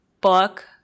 book